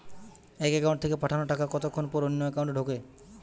এক একাউন্ট থেকে পাঠানো টাকা কতক্ষন পর অন্য একাউন্টে ঢোকে?